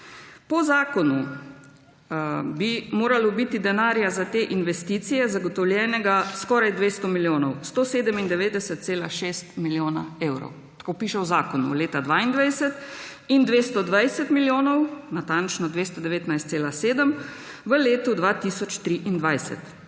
Po zakonu bi moralo biti denarja za te investicije zagotovljenega skoraj 200 milijonov. 197,6 milijona evrov, tako piše v zakonu, leta 2022 in 220 milijonov, natančno 219,7, v letu 2023.